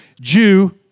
Jew